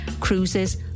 cruises